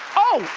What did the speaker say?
oh,